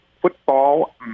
Football